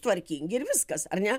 tvarkingi ir viskas